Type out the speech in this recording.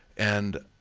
and,